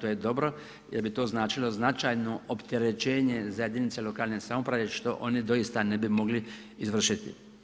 to je dobro jer bi to značilo značajno opterećenje za jedinice lokalne samouprave što oni doista ne bi mogli izvršiti.